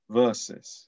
verses